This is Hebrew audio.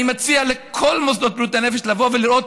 אני מציע לכל מוסדות בריאות הנפש לבוא ולראות